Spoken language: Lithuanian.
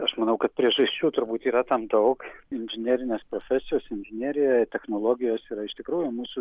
aš manau kad priežasčių turbūt yra tam daug inžinerinės profesijos inžinerija technologijos yra iš tikrųjų mūsų